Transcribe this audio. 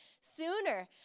sooner